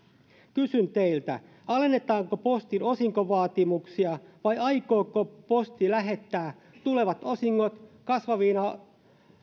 kysyn teiltä alennetaanko postin osinkovaatimuksia vai aikooko posti lähettää tulevat osingot kasvavina